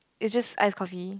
it's just ice coffee